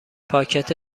پاکت